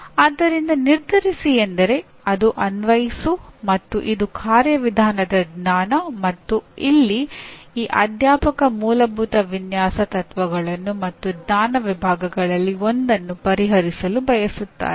ಆದ್ದರಿಂದ ನಿರ್ಧರಿಸಿ ಎಂದರೆ ಅದು ಅನ್ವಯಿಸು ಮತ್ತು ಇದು ಕಾರ್ಯವಿಧಾನದ ಜ್ಞಾನ ಮತ್ತು ಇಲ್ಲಿ ಈ ಅಧ್ಯಾಪಕ ಮೂಲಭೂತ ವಿನ್ಯಾಸ ತತ್ವಗಳನ್ನು ಮತ್ತು ಜ್ಞಾನ ವಿಭಾಗಗಳಲ್ಲಿ ಒಂದನ್ನು ಪರಿಹರಿಸಲು ಬಯಸುತ್ತಾರೆ